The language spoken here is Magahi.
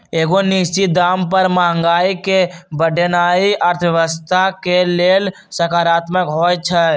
एगो निश्चित दाम पर महंगाई के बढ़ेनाइ अर्थव्यवस्था के लेल सकारात्मक होइ छइ